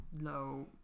low